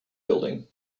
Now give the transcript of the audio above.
building